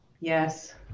yes